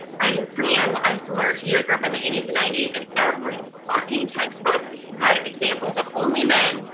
and for me, i'm ah i'm similar to you, i grew up in the eighty s and ninety s. and every fucking textbook had examples of only men,